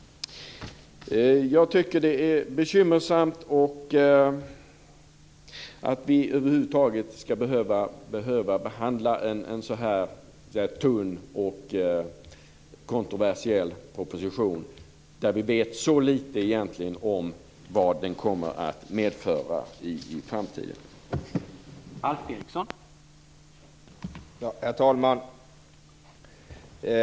Det är bekymmersamt att vi över huvud taget skall behöva behandla en så tunn och kontroversiell proposition, vars konsekvenser i framtiden vi egentligen vet så litet om.